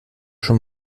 schon